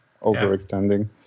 Overextending